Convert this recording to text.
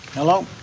hello.